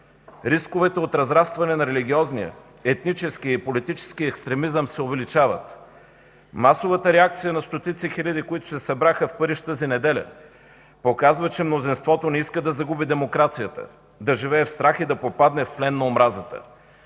Рисковете от разрастването на религиозния, етническия и политическия екстремизъм се увеличават. Масовата реакция на стотици хиляди, които се събраха в Париж тази неделя, показва, че мнозинството не иска да загуби демокрацията, да живее в страх и да попадне в плен на омразата.